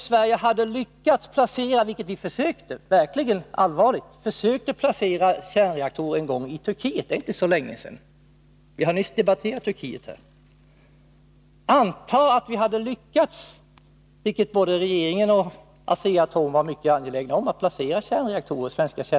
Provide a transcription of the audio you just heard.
Sverige gjorde allvarliga försök att placera kärnreaktorer i Turkiet för inte så länge sedan. Vi diskuterade ju också nyss Turkiet. Anta att vi hade lyckats placera svenska kärnreaktorer i Turkiet, vilket både regeringen och Asea-Atom var mycket angelägna om!